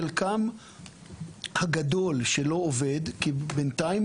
חלקם הגדול שלא עובד בינתיים,